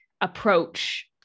approach